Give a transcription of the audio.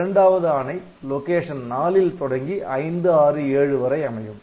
இரண்டாவது ஆணை லொகேஷன் 4 ல் தொடங்கி 567 வரை அமையும்